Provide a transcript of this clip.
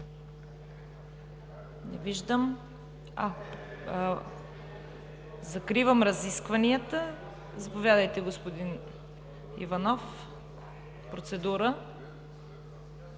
Не виждам. Закривам разискванията. Заповядайте, господин Иванов, за процедура.